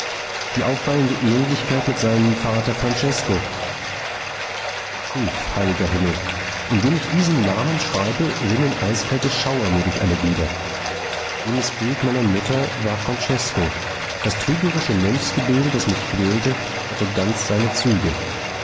die auffallende ähnlichkeit mit seinem vater francesko hilf heiliger himmel indem ich diesen namen schreibe rinnen eiskalte schauer mir durch alle glieder jenes bild meiner mutter war francesko das trügerische mönchsgebilde das mich quälte hatte ganz seine züge